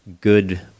good